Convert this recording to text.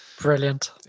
Brilliant